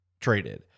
traded